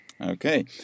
Okay